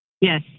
Yes